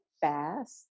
fast